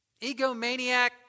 egomaniac